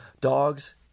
dogs